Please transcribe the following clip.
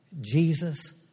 Jesus